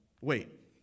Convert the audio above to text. wait